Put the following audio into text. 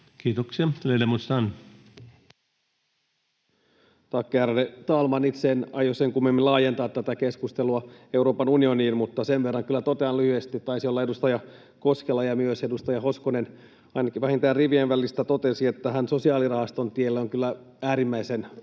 Time: 16:10 Content: Tack, ärade talman! Itse en aio sen kummemmin laajentaa tätä keskustelua Euroopan unioniin, mutta sen verran kyllä totean lyhyesti: Taisivat olla edustaja Koskela ja myös edustaja Hoskonen, jotka ainakin vähintään rivien välistä totesivat, että tämän sosiaalirahaston tielle on kyllä äärimmäisen vaarallista